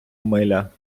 миля